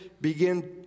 begin